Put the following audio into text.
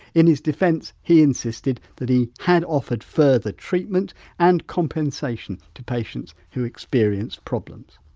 in his defence he insisted that he had offered further treatment and compensation to patients who experienced problems.